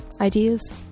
Ideas